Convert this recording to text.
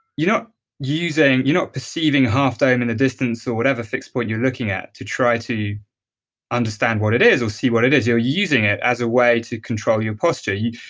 you know you know perceiving half dome in a distance or whatever fixed point you're looking at to try to understand what it is or see what it is. you're using it as way to control your posture. yeah